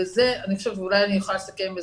ואני יכולה לסכם בזה,